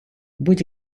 будь